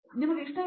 professor